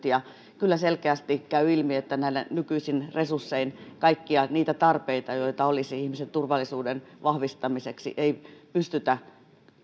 ja kyllä selkeästi käy ilmi että nykyisin resurssein kaikkia niitä tarpeita joita olisi ihmisten turvallisuuden vahvistamiseksi ei pystytä